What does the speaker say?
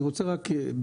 אני רוצה ברשותך,